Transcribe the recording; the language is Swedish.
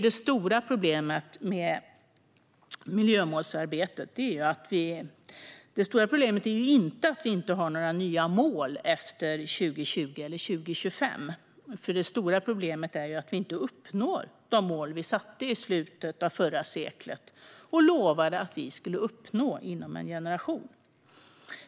Det stora problemet med miljömålsarbetet är inte att det inte finns några nya mål efter 2020 eller 2025, utan det stora problemet är att vi inte uppnår de mål vi satte i slutet av förra seklet och lovade att vi skulle uppnå inom en generation.